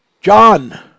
John